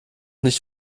nicht